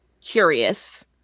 curious